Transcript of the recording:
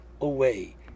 away